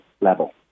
level